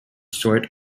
sort